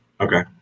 Okay